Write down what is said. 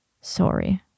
sorry